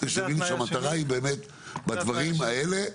המטרה היא באמת בדברים האלה,